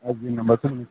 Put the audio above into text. I S B number